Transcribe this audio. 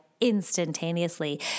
Instantaneously